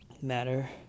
matter